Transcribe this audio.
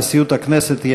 נשיאות הכנסת,